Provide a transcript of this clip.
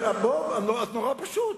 לא, אז נורא פשוט.